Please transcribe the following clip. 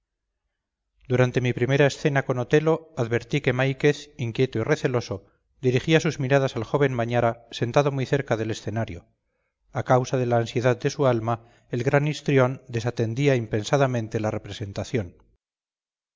durante mi primera escena con otelo advertí que máiquez inquieto y receloso dirigía sus miradas al joven mañara sentado muy cerca del escenario a causa de la ansiedad de su alma el gran histrión desatendía impensadamente la representación